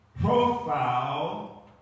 Profile